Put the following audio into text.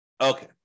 Okay